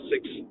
six